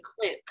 clip